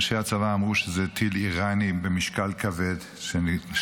אנשי הצבא אמרו שזה טיל איראני במשקל כבד שנשלח,